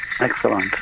Excellent